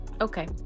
Okay